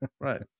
Right